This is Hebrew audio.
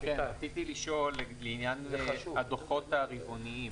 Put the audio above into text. רציתי לשאול לעניין הדוחות הרבעוניים.